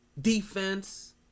defense